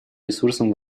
ресурсом